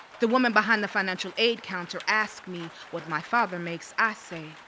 the woman behind the financial aid counter ask me what my father makes. i say,